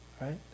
right